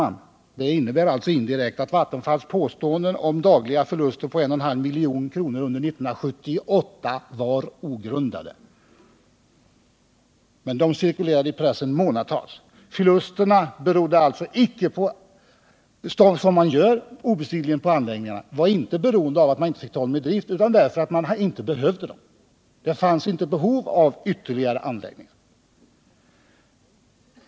Indirekt innebär detta att Vattenfalls påståenden om dagliga förluster under 1978 på 1,5 milj.kr. var ogrundade. Uppgiften cirkulerade emellertid i pressen i flera månader. Förlusterna berodde alltså icke på att man inte tog anläggningarna i drift utan på att man inte behövde dem. Det fanns alltså inte behov av ytterligare anläggningar.